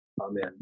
Amen